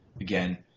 again